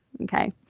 okay